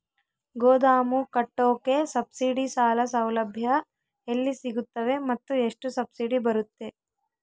ಗೋದಾಮು ಕಟ್ಟೋಕೆ ಸಬ್ಸಿಡಿ ಸಾಲ ಸೌಲಭ್ಯ ಎಲ್ಲಿ ಸಿಗುತ್ತವೆ ಮತ್ತು ಎಷ್ಟು ಸಬ್ಸಿಡಿ ಬರುತ್ತೆ?